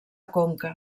conca